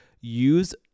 use